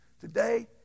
Today